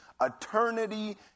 eternity